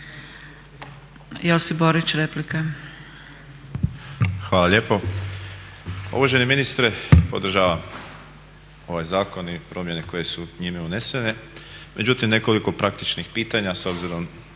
Josip (HDZ)** Hvala lijepo. Uvaženi ministre, podržavam ovaj zakon i promjene koje su njime unesene, međutim nekoliko praktičnih pitanja s obzirom